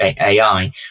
AI